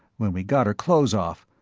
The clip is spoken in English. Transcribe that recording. when we got her clothes off.